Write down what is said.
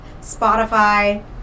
Spotify